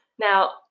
Now